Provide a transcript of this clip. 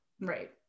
Right